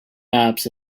maps